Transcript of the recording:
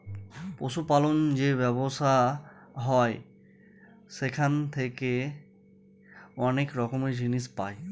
পশু পালন যে ব্যবসা হয় সেখান থেকে অনেক রকমের জিনিস পাই